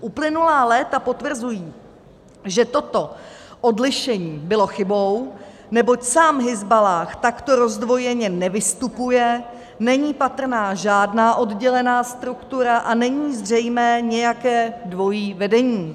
Uplynulá léta potvrzují, že toto odlišení bylo chybou, neboť sám Hizballáh takto rozdvojeně nevystupuje, není patrná žádná oddělená struktura a není zřejmé nějaké dvojí vedení.